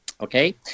Okay